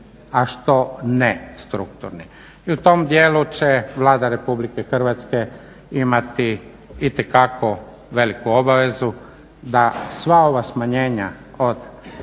a što ne strukturni. I u tom dijelu će Vlada Republike Hrvatske imati itekako veliku obavezu da sva ova smanjenja od